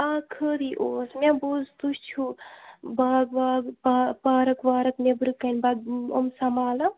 آ خٲرٕے اوس مےٚ بوٗز تُہۍ چھِو باغ واغ پا پارَک وارَک نیٚبرٕکَنۍ یِم سنٛبالان